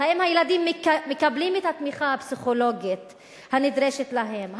האם ילדים מקבלים את התמיכה הפסיכולוגית הנדרשת להם,